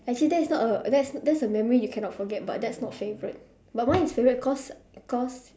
actually that is not a that's that's a memory you cannot forget but that's not favourite but mine is favourite cause cause